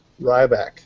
Ryback